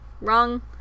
Wrong